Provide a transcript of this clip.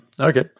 okay